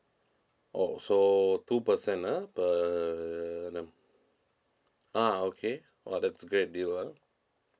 oh so two percent ah per annum ah okay !wah! that's great deal ah